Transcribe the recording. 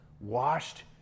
washed